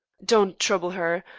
don't trouble her.